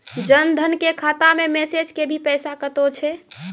जन धन के खाता मैं मैसेज के भी पैसा कतो छ?